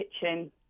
kitchen